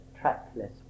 trackless